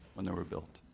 when they were built.